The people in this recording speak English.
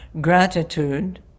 gratitude